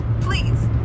Please